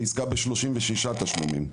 בעסקה ב-36 תשלומים,